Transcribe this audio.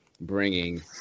bringing